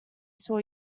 saw